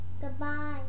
goodbye